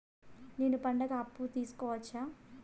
నేను పండుగ అప్పు తీసుకోవచ్చా?